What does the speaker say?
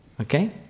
Okay